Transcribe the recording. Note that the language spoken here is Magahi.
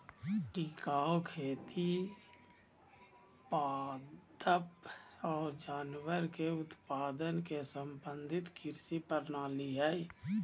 टिकाऊ खेती पादप और जानवर के उत्पादन के समन्वित कृषि प्रणाली हइ